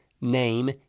name